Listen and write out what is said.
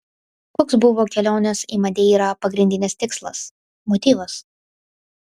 koks buvo kelionės į madeirą pagrindinis tikslas motyvas